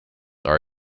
are